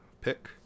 pick